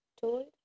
told